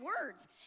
words